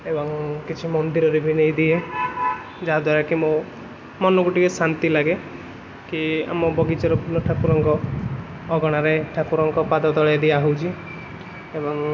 ଏବଂ କିଛି ମନ୍ଦିରରେ ବି ନେଇଦିଏ ଯାହାଦ୍ୱାରା କି ମୋ ମନକୁ ଟିକିଏ ଶାନ୍ତି ଲାଗେ କି ଆମ ବଗିଚାର ଫୁଲ ଠାକୁରଙ୍କ ଅଗଣାରେ ଠାକୁରଙ୍କ ପାଦ ତଳେ ଦିଆହେଉଛି ଏବଂ